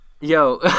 yo